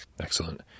Excellent